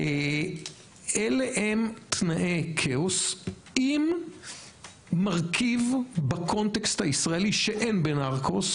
אלה הם תנאי כאוס עם מרכיב בקונטקסט הישראלי שאין בנרקוס,